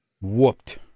Whooped